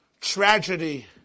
tragedy